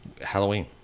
Halloween